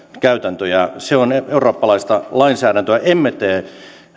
käytäntöjä se on eurooppalaista lainsäädäntöä emme tee